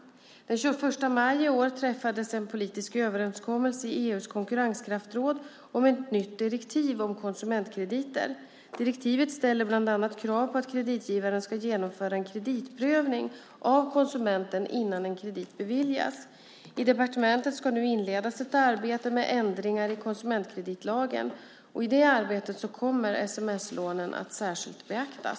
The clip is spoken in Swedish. Den 21 maj i år träffades en politisk överenskommelse i EU:s konkurrenskraftsråd om ett nytt direktiv om konsumentkrediter. Direktivet ställer bland annat krav på att kreditgivaren ska genomföra en kreditprövning av konsumenten innan en kredit beviljas. I departementet ska nu inledas ett arbete med ändringar i konsumentkreditlagen. I detta arbete kommer sms-lånen att särskilt beaktas.